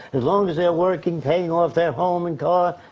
as long as they working, paying off their homes and cars.